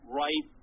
right